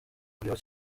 kureba